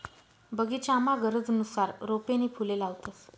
बगीचामा गरजनुसार रोपे नी फुले लावतंस